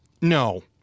no